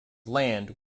land